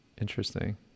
Interesting